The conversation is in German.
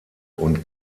und